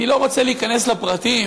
אני לא רוצה להיכנס לפרטים,